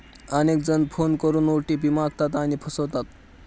अनेक जण फोन करून ओ.टी.पी मागतात आणि फसवतात